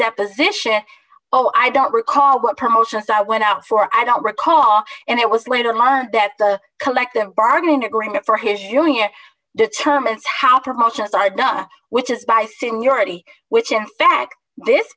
deposition oh i don't recall what promotions i went out for i don't recall and it was later learned that the collective bargaining agreement for his union determines how promotions i've done which is by seniority which in fact this